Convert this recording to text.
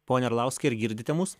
pone arlauskai ar girdite mus